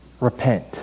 repent